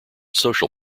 social